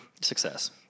success